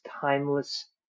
timeless